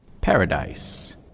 Paradise